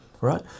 Right